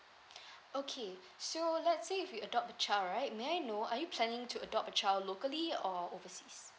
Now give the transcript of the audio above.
okay so let's say if you adopt the child right may I know are you planning to adopt a child locally or overseas